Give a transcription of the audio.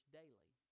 daily